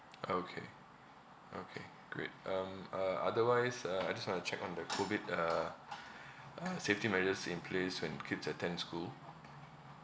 okay okay great um uh otherwise uh I just want to check on the COVID the uh safety measures in place when kids attend school